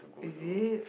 is it